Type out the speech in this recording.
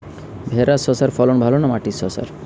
ভেরার শশার ফলন ভালো না মাটির শশার?